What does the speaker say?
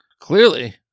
Clearly